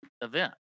event